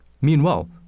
Meanwhile